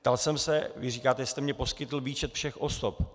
Ptal jsem se vy říkáte, že jste mi poskytl výčet všech osob.